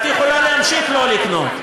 את יכולה להמשיך לא לקנות.